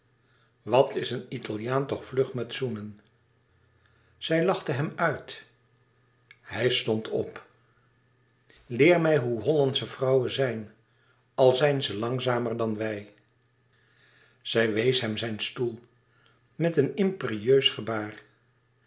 wat is een italiaan toch vlug met zoenen zij lachte hem uit hij stond op leer mij hoe hollandsche vrouwen zijn al zijn ze langzamer dan wij zij wees hem zijn stoel met een imperieus gebaar